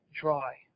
dry